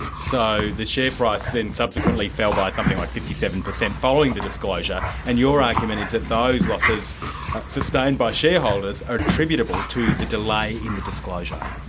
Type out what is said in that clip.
so the share price then subsequently fell by something like fifty seven percent following the disclosure and your argument is that those losses sustained by shareholders are attributable to the delay in the disclosure?